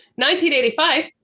1985